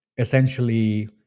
Essentially